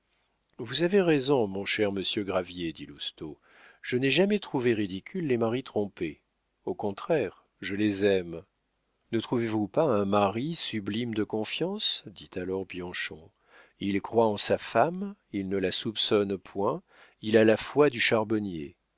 vous avez raison mon cher monsieur gravier dit lousteau je n'ai jamais trouvé ridicules les maris trompés au contraire je les aime ne trouvez-vous pas un mari sublime de confiance dit alors bianchon il croit en sa femme il ne la soupçonne point il a la foi du charbonnier